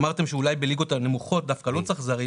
אמרתם שאולי בליגות הנמוכות דווקא לא צריך זרים.